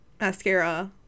mascara